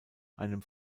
einem